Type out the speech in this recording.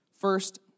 First